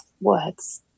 words